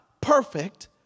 perfect